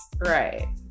right